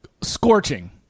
Scorching